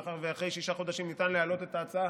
מאחר שאחרי שישה חודשים ניתן להעלות את ההצעה